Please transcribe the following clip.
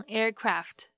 aircraft 。